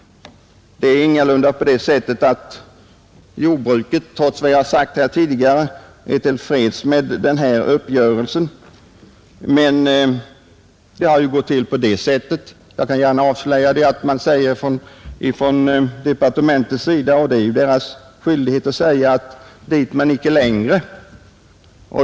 Det är ingalunda på det sättet att jordbruket, trots vad jag tidigare sagt, är till freds med den här uppgörelsen. Men jordbruksministern gav ju i slutomgången ett besked att hit men inte längre. Och det är ju departementschefens uppgift att ge till känna.